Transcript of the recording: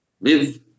live